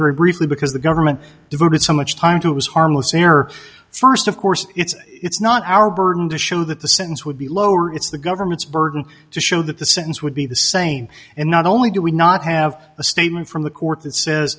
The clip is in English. very briefly because the government devoted so much time to it was harmless error first of course it's it's not our burden to show that the sentence would be lower it's the government's burden to show that the sentence would be the same and not only do we not have a statement from the court that sa